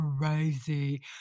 crazy